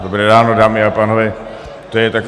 Dobré ráno, dámy a pánové, to je takové